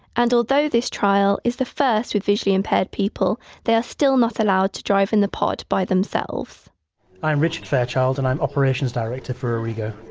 and although this trial is the first with visually impaired impaired people they are still not allowed to drive in the pod by themselves i'm richard fairchild and i'm operations director for aurrigo.